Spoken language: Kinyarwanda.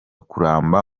kuramba